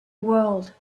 world